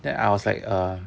then I was like err